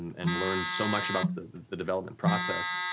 and learned so much about the the development process,